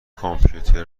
کامپیوتر